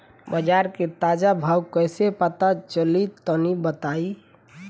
बाजार के ताजा भाव कैसे पता चली तनी बताई?